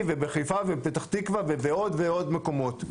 וחיפה ופתח תקווה ובעוד עוד מקומות.